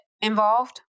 involved